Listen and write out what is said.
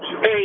hey